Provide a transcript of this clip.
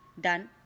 done